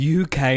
UK